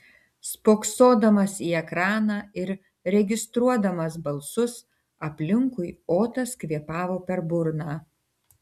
spoksodamas į ekraną ir registruodamas balsus aplinkui otas kvėpavo per burną